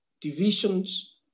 divisions